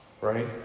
right